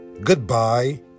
goodbye